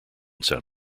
san